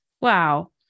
Wow